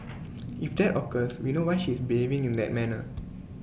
if that occurs we know why she is behaving in that manner